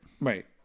Right